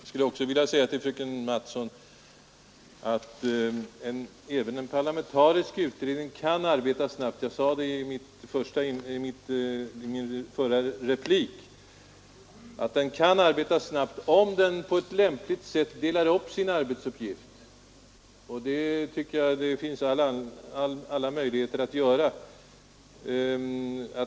Herr talman! Också jag skulle vilja säga till fröken Mattson att även en parlamentarisk utredning kan arbeta snabbt. Jag sade i min förra replik att den kan arbeta snabbt om den på ett lämpligt sätt delar upp sina arbetsuppgifter, och det finns alla möjligheter att göra det.